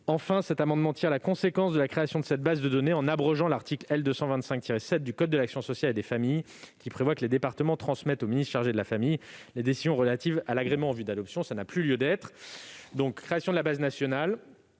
pour objet de tirer les conséquences de la création de cette base de données, en abrogeant l'article L. 225-7 du code de l'action sociale et des familles, qui prévoit que les départements transmettent au ministre chargé de la famille les décisions relatives à l'agrément en vue de l'adoption, et qui n'a donc plus lieu d'être. En résumé, nous créons une base nationale